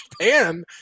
Japan